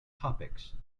topics